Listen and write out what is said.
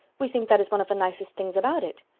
we think that is one of the nicest things about it.